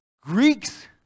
Greeks